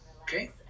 okay